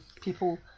people